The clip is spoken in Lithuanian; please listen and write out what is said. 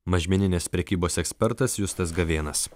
mažmeninės prekybos ekspertas justas gavėnas